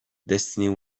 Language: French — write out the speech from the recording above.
destinées